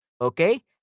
okay